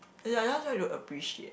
yeah I just try to appreciate